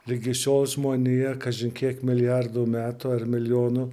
ligi šiol žmonija kažin kiek milijardų metų ar milijonų